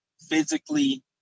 physically